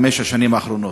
בחמש השנים האחרונות.